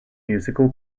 musical